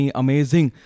amazing